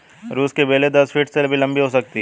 सरू की बेलें दस फीट से भी लंबी हो सकती हैं